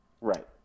Right